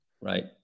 Right